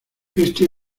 este